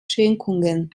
schenkungen